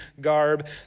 garb